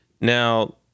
Now